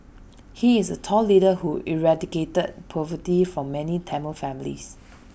he is A tall leader who eradicated poverty from many Tamil families